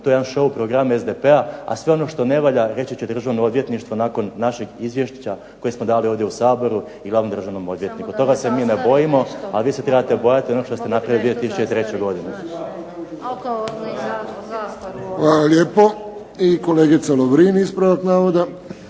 to je jedan show program SDP-a, a sve ono što ne valja reći će Državno odvjetništvo nakon našeg izvješća koje smo dali ovdje u Saboru i glavnom državnom odvjetniku. Toga se mi ne bojimo, a vi se trebate bojati onog što ste napravili u 2003. godini. … /Upadica se ne